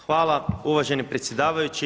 Hvala uvaženi predsjedavajući.